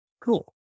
Cool